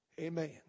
Amen